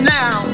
now